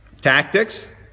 tactics